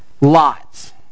Lots